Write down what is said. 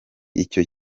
icyo